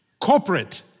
corporate